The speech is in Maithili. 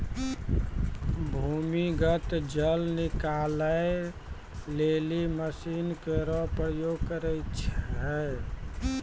भूमीगत जल निकाले लेलि मसीन केरो प्रयोग करै छै